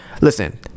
Listen